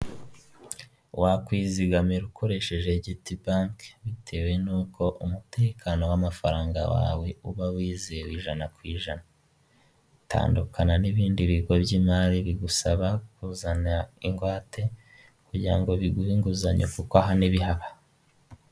Wakwizigamira ukoresheje Giti banki bitewe n'uko umutekano w'amafaranga wawe uba wizewe ijana ku ijana. Tandukana n'ibindi bigo by'imari bigusaba kuzana ingwate kugira biguhe inguzanyo kuko aha ntibihaba.